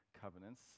covenants